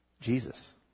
Jesus